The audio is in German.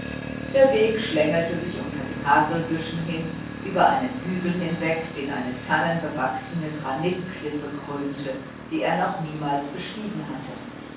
der weg schlängelte sich unter den haselbüschen hin über einen hügel hinweg den eine tannenbewachsene granitklippe krönte die er noch niemals bestiegen hatte